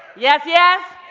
yes, yes?